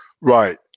Right